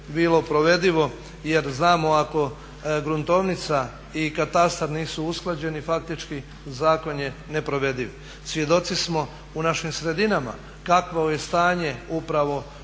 bilo provedivo jer znamo ako gruntovnica i katastar nisu usklađeni faktički zakon je neprovediv. Svjedoci smo u našim sredinama kakvo je stanje upravo u određenim